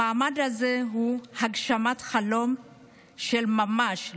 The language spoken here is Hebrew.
המעמד הזה הוא הגשמת חלום של ממש,